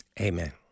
Amen